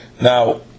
Now